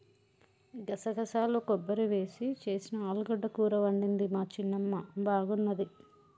గసగసాలు కొబ్బరి వేసి చేసిన ఆలుగడ్డ కూర వండింది మా చిన్నమ్మ బాగున్నది